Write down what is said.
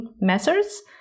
methods